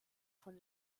von